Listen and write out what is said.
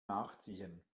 nachziehen